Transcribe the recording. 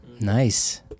Nice